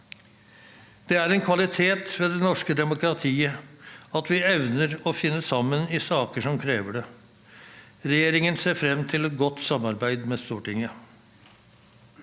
Det er en kvalitet ved det norske demokratiet at vi evner å finne sammen i saker som krever det. Regjeringen ser frem til et godt samarbeid med Stortinget.